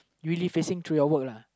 you really facing through your work lah